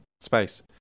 space